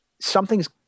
Something's